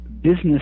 business